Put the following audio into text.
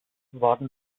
waren